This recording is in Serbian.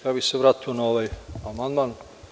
Ja bih se vratio na ovaj amandman.